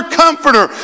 comforter